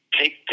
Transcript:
take